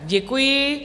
Děkuji.